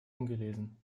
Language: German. ungelesen